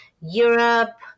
Europe